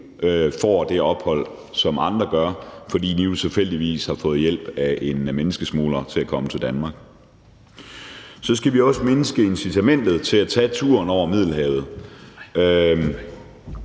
får det ophold, som andre, der tilfældigvis har fået hjælp af en menneskesmugler til at komme til Danmark, gør. Så skal vi også mindske incitamentet til at tage turen over Middelhavet,